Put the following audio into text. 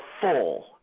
full